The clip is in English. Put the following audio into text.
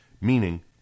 Meaning